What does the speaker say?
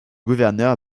gouverneur